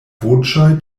voĉoj